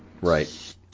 Right